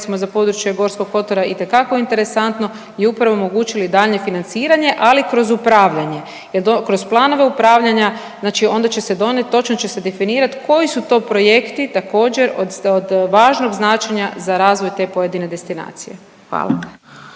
za područje Gorskog kotara itekako interesantno i upravo omogućili daljnje financiranje, ali kroz upravljanje jel kroz planove upravljanja onda će se donijet točno će se definirat koji su to projekti također od važnog značenja za razvoj te pojedine destinacije. Hvala.